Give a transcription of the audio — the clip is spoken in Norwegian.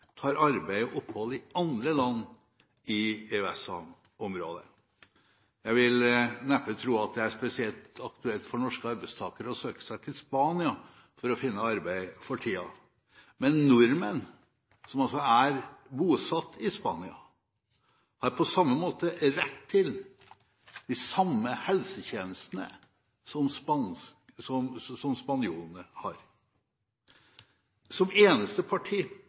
tar arbeid og opphold i andre land i EØS-området. Jeg vil neppe tro at det for tida er spesielt aktuelt for norske arbeidstakere å søke seg til Spania for å finne arbeid, men nordmenn som er bosatt i Spania, har – på samme måte – rett til de samme helsetjenestene som spanjolene har. Som eneste parti